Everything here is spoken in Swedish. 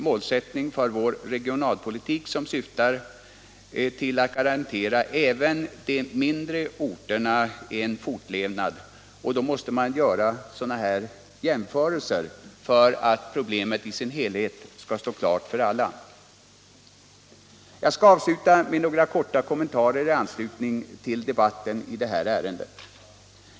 Målet för vår regionalpolitik är ju att garantera även de mindre orterna en fortlevnad, och då måste man göra sådana här jämförelser för att problemet i sin helhet skall stå klart för alla. Jag skall avsluta med några korta kommentarer i anslutning till debatten i det här ärendet.